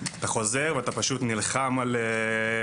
אתה חוזר ואתה פשוט נלחם על להשלים.